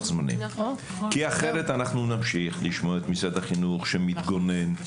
זמנים כי אחרת אנחנו נמשיך לשמוע את משרד החינוך שמתגונן,